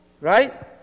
right